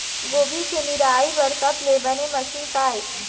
गोभी के निराई बर सबले बने मशीन का ये?